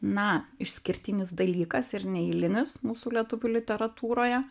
na išskirtinis dalykas ir neeilinis mūsų lietuvių literatūroje